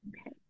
Okay